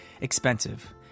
expensive